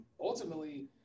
ultimately